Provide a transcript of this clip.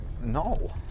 No